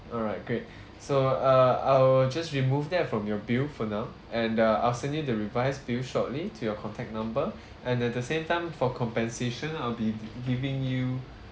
alright great so uh I'll just remove that from your bill for now and uh I'll send you the revised bill shortly to your contact number and at the same time for compensation I'll be giving you